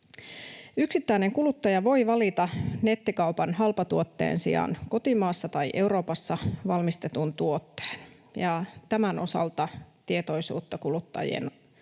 Yksittäinen kuluttaja voi valita nettikaupan halpatuotteen sijaan kotimaassa tai Euroopassa valmistetun tuotteen. Tämän osalta tietoisuutta kuluttajien suuntaan